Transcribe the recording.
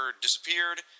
disappeared